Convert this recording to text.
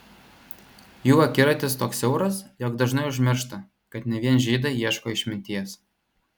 jų akiratis toks siauras jog dažnai užmiršta kad ne vien žydai ieško išminties